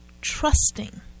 trusting